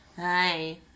Hi